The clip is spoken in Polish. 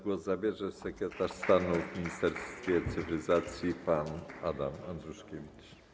Głos zabierze sekretarz stanu w Ministerstwie Cyfryzacji pan Adam Andruszkiewicz.